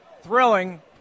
thrilling